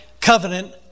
covenant